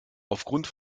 aufgrund